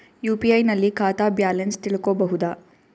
UPI ನಲ್ಲಿ ಖಾತಾ balance ತಿಳಕೊ ಬಹುದಾ?